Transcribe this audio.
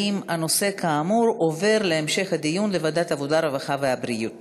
הנושא לוועדת העבודה, הרווחה והבריאות